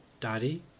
Daddy